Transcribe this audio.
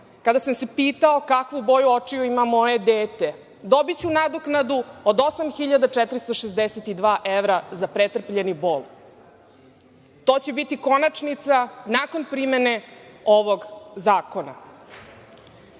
kada sam se pitao kakvu boju očiju ima moje dete. Dobiću nadoknadu od 8.462 evra za pretrpljeni bol. To će biti konačnica nakon primene ovog zakona. Sada